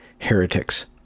Heretics